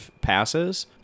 passes